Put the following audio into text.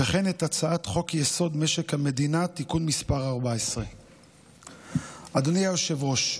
וכן את הצעת חוק-יסוד: משק המדינה (תיקון מס' 14). אדוני היושב-ראש,